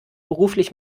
beruflich